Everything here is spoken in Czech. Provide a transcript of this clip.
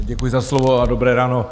Děkuji za slovo a dobré ráno.